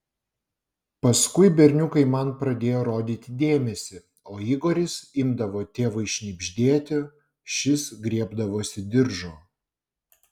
paskui berniukai man pradėjo rodyti dėmesį o igoris imdavo tėvui šnibždėti šis griebdavosi diržo